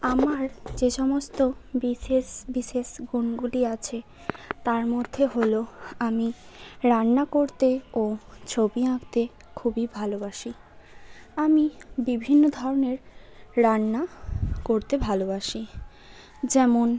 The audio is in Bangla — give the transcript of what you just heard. আমার যে সমস্ত বিশেষ বিশেষ গুণগুলি আছে তার মধ্যে হলো আমি রান্না করতে ও ছবি আঁকতে খুবই ভালোবাসি আমি বিভিন্ন ধরনের রান্না করতে ভালোবাসি যেমন